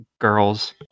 girls